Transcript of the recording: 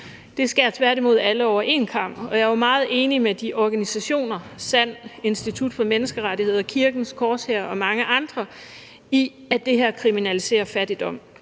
Det skærer tværtimod alle over en kam. Og jeg er meget enig med organisationerne SAND, Institut for Menneskerettigheder, Kirkens Korshær og mange andre i, at det her kriminaliserer fattigdom,